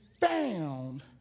found